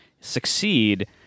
succeed